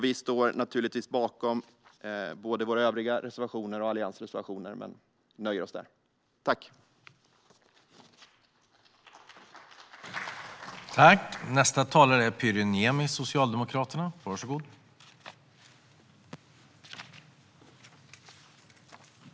Vi står naturligtvis bakom både våra övriga reservationer och alliansreservationer, men nöjer oss med detta yrkande.